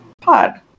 pod